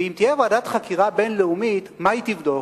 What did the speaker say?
ואם תהיה ועדת חקירה בין-לאומית, מה היא תבדוק?